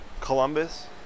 Columbus